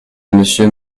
monsieur